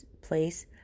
place